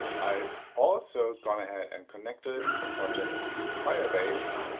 i've also gone ahead and connected the project to firebase,